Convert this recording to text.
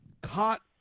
caught